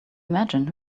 imagine